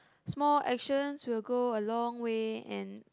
small actions will go a long way and